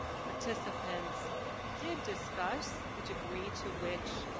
participant did discuss the degree to which